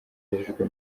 yagejejwe